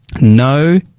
no